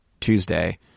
Tuesday